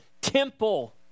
temple